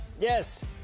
yes